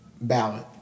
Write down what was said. ballot